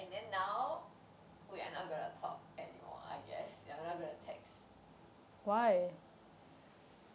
and then now we're not gonna talk anymore I guess we're not gonna text